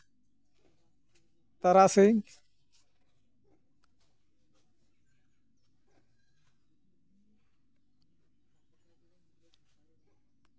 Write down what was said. ᱛᱟᱨᱟᱥᱤᱧ